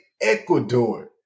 Ecuador